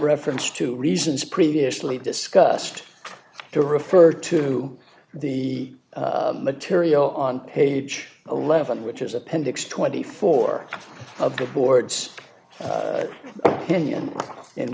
reference to reasons previously discussed to refer to the material on page eleven which is appendix twenty four of the board's